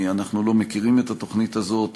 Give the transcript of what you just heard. אנחנו לא מכירים את התוכנית הזאת.